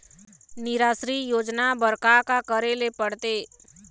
निराश्री योजना बर का का करे ले पड़ते?